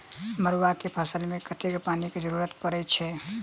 मड़ुआ केँ फसल मे कतेक पानि केँ जरूरत परै छैय?